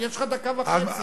יש לך דקה וחצי.